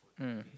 mm